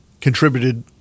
contributed